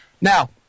Now